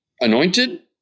anointed